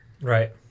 Right